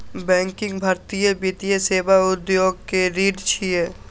banking भारतीय वित्तीय सेवा उद्योग के रीढ़ छियै